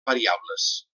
variables